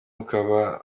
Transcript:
ukaba